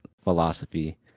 philosophy